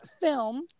film